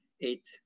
eight